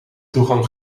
toegang